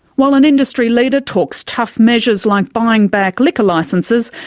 while an industry leader talks tough measures like buying back liquor licences,